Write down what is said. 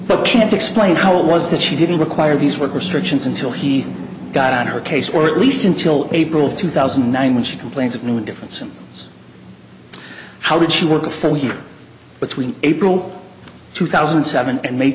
but can't explain how it was that she didn't require these work restrictions until he got on her case or at least until april two thousand and nine when she complains of new and different symptoms how did she work a full year between april two thousand and seven and ma